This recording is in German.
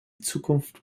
zukunft